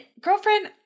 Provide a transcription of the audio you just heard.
girlfriend